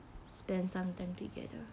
spend some time together